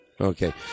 Okay